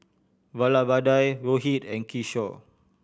Vallabhbhai Rohit and Kishore